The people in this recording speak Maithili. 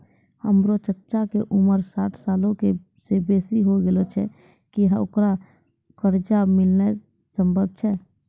हमरो चच्चा के उमर साठ सालो से बेसी होय गेलो छै, कि ओकरा कर्जा मिलनाय सम्भव छै?